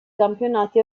campionati